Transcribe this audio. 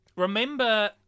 Remember